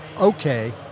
okay